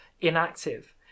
inactive